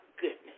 goodness